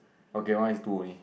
okay mine is two only